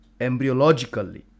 embryologically